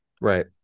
right